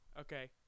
Okay